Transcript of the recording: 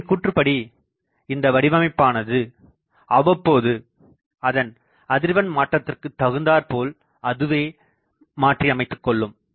அவரின் கூற்றுப்படி இந்த வடிவமைப்பு அவ்வப்போது அதன் அதிர்வெண் மாற்றத்திற்கு தகுந்தார்போல் அதுவே மாற்றியமைத்துக் கொள்ளும்